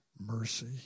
mercy